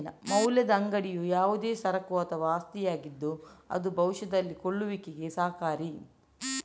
ಮೌಲ್ಯದ ಅಂಗಡಿಯು ಯಾವುದೇ ಸರಕು ಅಥವಾ ಆಸ್ತಿಯಾಗಿದ್ದು ಅದು ಭವಿಷ್ಯದಲ್ಲಿ ಕೊಳ್ಳುವಿಕೆಗೆ ಸಹಕಾರಿ